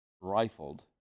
Rifled